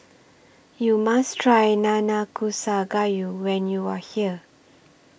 YOU must Try Nanakusa Gayu when YOU Are here